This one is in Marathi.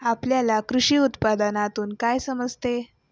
आपल्याला कृषी उत्पादनातून काय समजते?